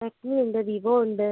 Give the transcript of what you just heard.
Redmi ഉണ്ട് Vivo ഉണ്ട്